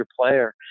player